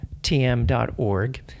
TM.org